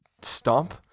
stomp